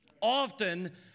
often